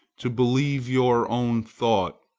to believe your own thought,